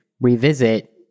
revisit